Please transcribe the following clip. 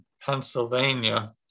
Pennsylvania